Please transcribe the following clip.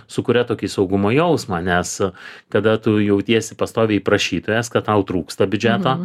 sukuria tokį saugumo jausmą nes kada tu jautiesi pastoviai prašytojas kad tau trūksta biudžeto